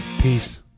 peace